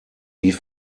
die